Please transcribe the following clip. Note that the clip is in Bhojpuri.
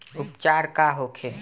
उपचार का होखे?